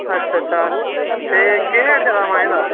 अच्छा अच्छा ते केह् रेट चला दा मांहें दा